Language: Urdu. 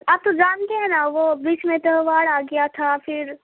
آپ تو جانتے ہیں نا وہ بیچ میں تہوار آ گیا تھا پھر